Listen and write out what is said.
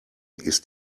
ist